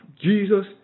Jesus